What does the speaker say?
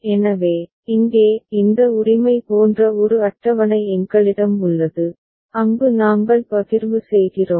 எனவே இங்கே இந்த உரிமை போன்ற ஒரு அட்டவணை எங்களிடம் உள்ளது அங்கு நாங்கள் பகிர்வு செய்கிறோம்